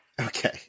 Okay